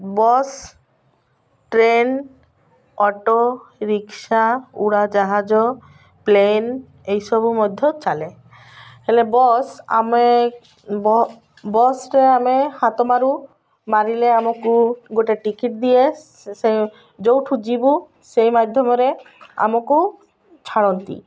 bus train auto rickshaw ଉଡ଼ାଜାହାଜ plane ଏଇସବୁ ମଧ୍ୟ ଚାଲେ ହେଲେ ବସ୍ ଆମେ ବସ୍ରେ ଆମେ ହାତ ମାରୁ ମାରିଲେ ଆମକୁ ଗୋଟେ ଟିକେଟ୍ ଦିଏ ସେ ଯେଉଁଠୁ ଯିବୁ ସେଇ ମାଧ୍ୟମରେ ଆମକୁ ଛାଡ଼ନ୍ତି